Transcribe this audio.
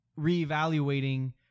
reevaluating